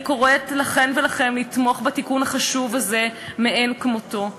אני קוראת לכם ולכן לתמוך בחוק החשוב מאין-כמותו הזה,